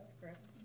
correct